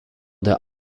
der